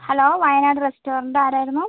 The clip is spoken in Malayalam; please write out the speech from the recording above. ഹലോ വയനാട് റെസ്റ്റോറന്റ് ആരായിരുന്നു